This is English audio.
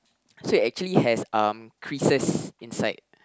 so it actually has um creases inside